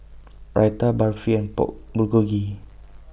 Raita Barfi and Pork Bulgogi